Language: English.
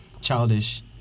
childish